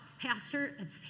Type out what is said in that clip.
Pastor